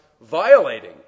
violating